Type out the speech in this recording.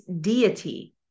deity